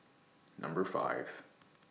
Number five